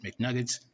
McNuggets